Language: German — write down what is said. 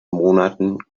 monaten